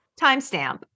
Timestamp